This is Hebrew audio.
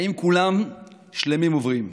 אם כולם שלמים ובריאים.